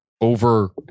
over